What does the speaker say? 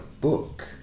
book